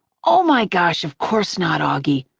oh my gosh, of course not, auggie.